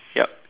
yup